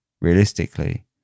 Realistically